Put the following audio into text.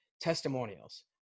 testimonials